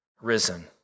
risen